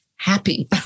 happy